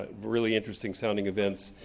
really interesting sounding events,